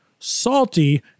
salty